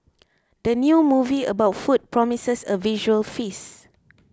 the new movie about food promises a visual feast